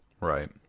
Right